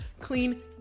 clean